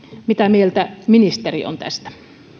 mitä mieltä ministeri on tästä